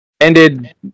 Ended